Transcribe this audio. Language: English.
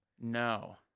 No